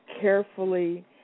carefully